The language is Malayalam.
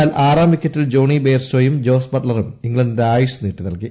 എന്നാൽ ആറാം വിക്കറ്റിൽ ജോണി ബെയ്ർസ്റ്റോയും ജോസ് ്ബട്ലറും ഇംഗ്ലണ്ടിന്റെ ആയുസ് നീട്ടിനൽകി